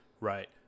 Right